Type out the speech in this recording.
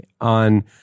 On